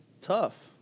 tough